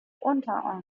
unter